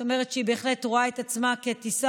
זאת אומרת שהיא בהחלט רואה את עצמה כחברת